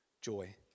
Joy